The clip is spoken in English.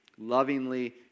Lovingly